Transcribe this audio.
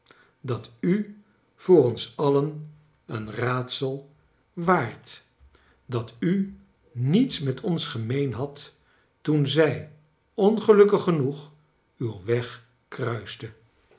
dat u voor ons alien een raadsel kleine doreit waart dat u niets met ons gemeen hadt toen zij ongelukkig genoeg uw weg kruiste